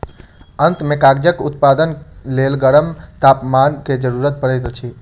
अंत में कागजक उत्पादनक लेल गरम तापमान के जरूरत पड़ैत अछि